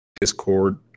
discord